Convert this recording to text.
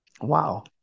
Wow